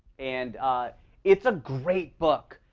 and it's a great book,